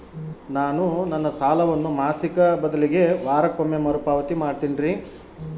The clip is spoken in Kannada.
ನಾನು ನನ್ನ ಸಾಲವನ್ನು ಮಾಸಿಕ ಬದಲಿಗೆ ವಾರಕ್ಕೊಮ್ಮೆ ಮರುಪಾವತಿ ಮಾಡ್ತಿನ್ರಿ